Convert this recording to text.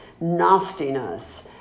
nastiness